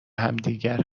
همدیگر